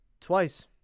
twice